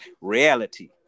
Reality